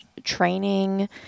training